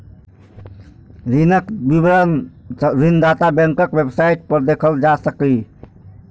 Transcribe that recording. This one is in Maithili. ऋणक विवरण ऋणदाता बैंकक वेबसाइट पर देखल जा सकैए